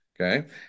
okay